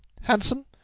Handsome